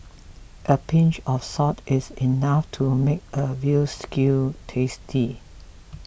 a pinch of salt is enough to make a Veal Stew tasty